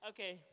Okay